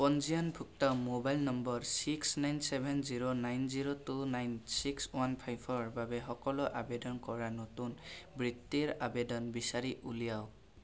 পঞ্জীয়নভুক্ত মোবাইল নম্বৰ six nine seven zero nine zero two nine six one ফাইভৰ বাবে সকলো আবেদন কৰা নতুন বৃত্তিৰ আবেদন বিচাৰি উলিয়াওক